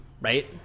right